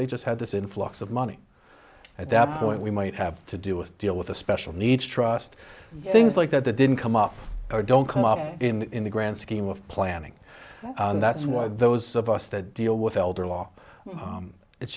they just had this influx of money at that point we might have to do with deal with a special needs trust things like that that didn't come up or don't come up in the grand scheme of planning and that's why those of us that deal with elder law